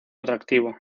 atractivo